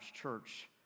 church